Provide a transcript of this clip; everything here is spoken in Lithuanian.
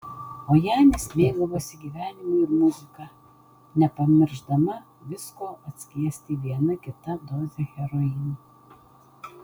o janis mėgavosi gyvenimu ir muzika nepamiršdama visko atskiesti viena kita doze heroino